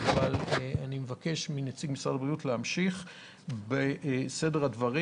אבל אבקש מנציג משרד הבריאות להמשיך בסדר הדברים.